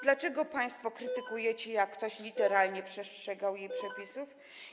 Dlaczego państwo krytykujecie, jak ktoś literalnie przestrzegał jej przepisów?